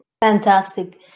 Fantastic